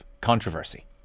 controversy